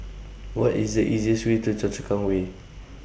What IS The easiest Way to Choa Chu Kang Way